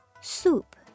Soup